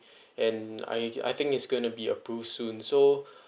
and I I think is gonna be approve soon so